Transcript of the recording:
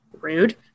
rude